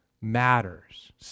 matters